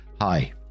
hi